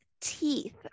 teeth